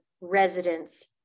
residents